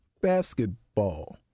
basketball